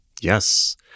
Yes